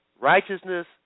Righteousness